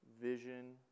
vision